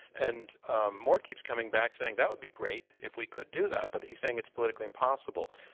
and mort keeps coming back saying that would be great if we could do that, but he's saying it's politically impossible.